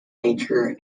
nature